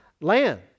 land